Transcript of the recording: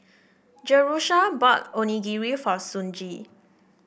Jerusha bought Onigiri for Sonji